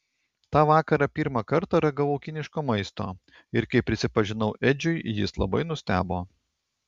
tą vakarą pirmą kartą ragavau kiniško maisto ir kai prisipažinau edžiui jis labai nustebo